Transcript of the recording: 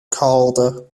calder